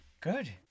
Good